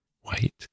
white